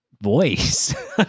voice